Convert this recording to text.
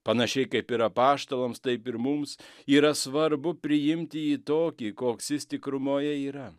panašiai kaip ir apaštalams taip ir mums yra svarbu priimti jį tokį koks jis tikrumoje yra